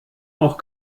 auch